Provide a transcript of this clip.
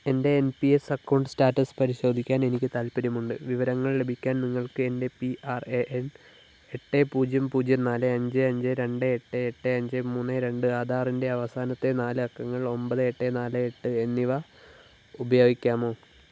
എൻ്റെ N P S account status പരിശോധിക്കാൻ എനിക്ക് താൽപ്പര്യമുണ്ട് വിവരങ്ങൾ ലഭിക്കാൻ നിങ്ങൾക്ക് എൻ്റെ പി ആർ എ എൻ എട്ട് പൂജ്യം പൂജ്യം നാല് അഞ്ച് അഞ്ച് രണ്ട് എട്ട് എട്ട് അഞ്ച് മൂന്ന് രണ്ട് ആധാറിൻ്റെ അവസാനത്തെ നാല് അക്കങ്ങൾ ഒൻപത് എട്ട് നാല് എട്ട് എന്നിവ ഉപയോഗിക്കാമോ